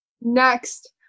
next